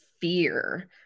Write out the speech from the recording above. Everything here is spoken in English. fear